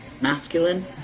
masculine